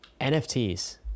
NFTs